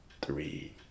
three